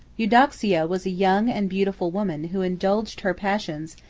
eudoxia was a young and beautiful woman, who indulged her passions,